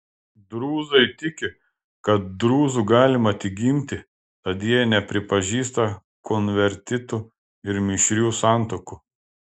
drūzai tiki kad drūzu galima tik gimti tad jie nepripažįsta konvertitų ir mišrių santuokų